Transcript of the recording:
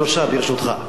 שלושה, ברשותך.